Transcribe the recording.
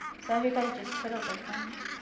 so everybody just twiddled their thumbs,